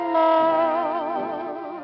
love